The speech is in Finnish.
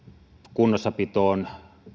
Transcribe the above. kunnossapitoon